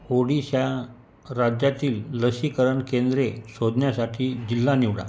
ओडिशा राज्यातील लसीकरण केंद्रे शोधण्यासाठी जिल्हा निवडा